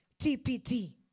TPT